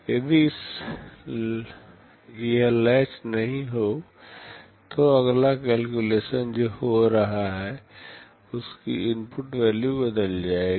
यदि यह लेच नहीं हो तो अगला कैलकुलेशन जो हो रहा है उसकी इनपुट वैल्यू बदल जाएगी